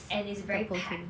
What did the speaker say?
and it's very prone to